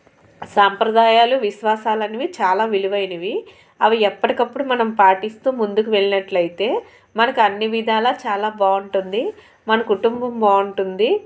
సాంప్రదాయాలు విశ్వాసాలనేవి చాలా విలువైనవి అవి ఎప్పటికప్పుడు మనం పాటిస్తూ ముందుకు వెళ్ళినట్లైతే మనకి అన్ని విధాలా చాలా బాగుంటుంది మన కుటుంబం బాగుంటుంది